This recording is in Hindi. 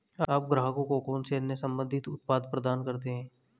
आप ग्राहकों को कौन से अन्य संबंधित उत्पाद प्रदान करते हैं?